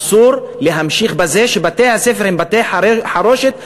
אסור להמשיך בכך שבתי-הספר הם בתי-חרושת לציונים.